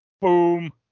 Boom